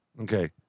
okay